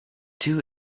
two